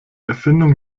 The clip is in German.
erfindung